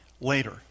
later